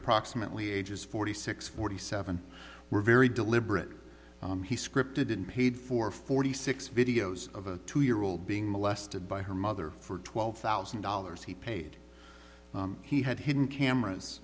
approximately ages forty six forty seven were very deliberate he scripted and paid for forty six videos of a two year old being molested by her mother for twelve thousand dollars he paid he had hidden cameras